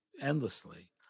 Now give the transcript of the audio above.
endlessly